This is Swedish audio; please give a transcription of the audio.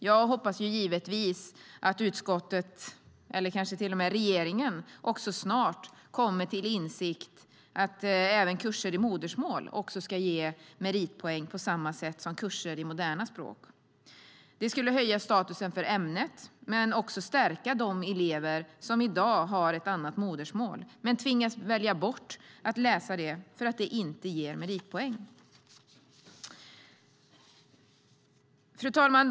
Jag hoppas givetvis att även utskottet, och kanske till och med regeringen, snart kommer till insikt om att kurser i modersmål också ska ge meritpoäng, på samma sätt som kurser i moderna språk. Det skulle höja statusen för ämnet men också stärka de elever som i dag har ett annat modersmål men tvingas välja bort det för att det inte ger meritpoäng. Fru talman!